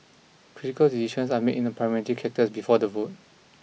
critical decisions are made in a Parliamentary Caucus before the vote